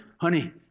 honey